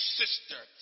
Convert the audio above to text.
sister